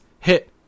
hit